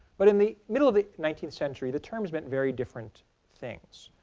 but in the middle of the nineteenth century the terms meant very different things.